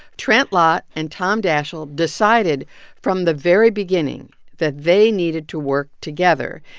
trent lott and tom daschle decided from the very beginning that they needed to work together.